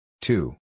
two